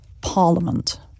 parliament